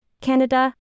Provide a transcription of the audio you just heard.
Canada